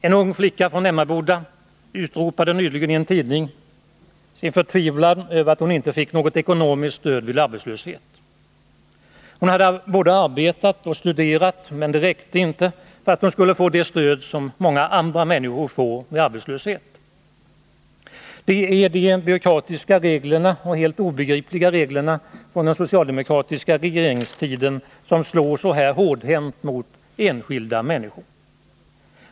En ung flicka från Emmaboda utropade nyligen i en tidning sin förtvivlan över att hon inte fick något ekonomiskt stöd vid arbetslöshet. Hon hade både arbetat och studerat, men det räckte inte för att hon skulle få det stöd som så många andra människor får vid arbetslöshet. Det är de byråkratiska och helt obegripliga reglerna från den socialdemokratiska regeringstiden som slår så hårt mot enskilda människor.